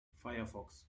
firefox